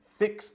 fix